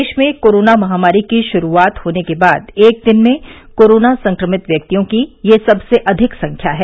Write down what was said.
देश में कोरोना महामारी की श्रूआत होने के बाद एक दिन में कोरोना संक्रमित व्यक्तियों की ये सबसे अधिक संख्या है